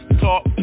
talk